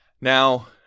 Now